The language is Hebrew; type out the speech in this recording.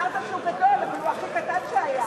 אמרת שהוא גדול, אבל הוא הכי קטן שהיה.